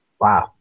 Wow